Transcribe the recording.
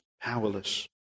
powerless